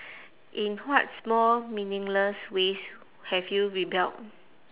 in what small meaningless ways have you rebelled